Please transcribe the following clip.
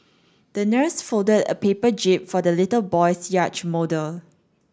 the nurse folded a paper jib for the little boy's yacht model